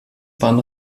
bahn